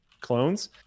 clones